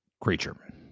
creature